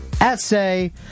essay